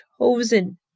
chosen